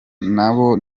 nabo